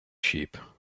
sheep